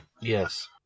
Yes